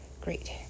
Great